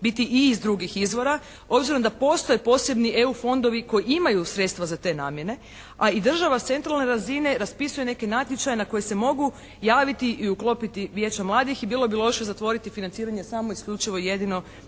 biti i iz drugih izvora, obzirom da postoje posebni EU fondovi koji imaju sredstva za te namjene. A i država s centralne razine raspisuje neke natječaje na koje se mogu javiti i uklopiti Vijeća mladih. I bilo bi loše zatvoriti financiranje samo, isključivo i jedino